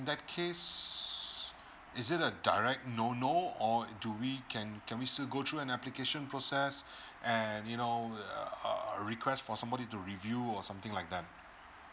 in that case is it a direct no no or do we can can we still go through an application process and you know uh request for somebody to review or something like that